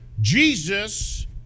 Jesus